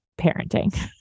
parenting